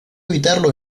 evitarlo